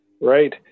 right